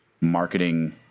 marketing –